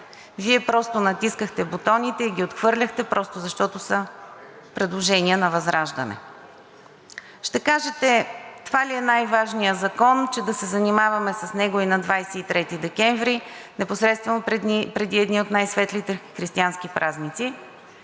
Вие натискахте бутоните и ги отхвърляхте просто защото са предложения на ВЪЗРАЖДАНЕ. Ще кажете – това ли е най-важният закон, че да се занимаваме с него и на 23 декември, непосредствено преди едни от най-светлите християнски празници?